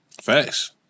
Facts